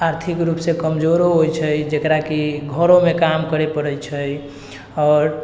आर्थिक रूपसँ कमजोरो होइ छै जकराकि घरोमे काम करै पड़ै छै आओर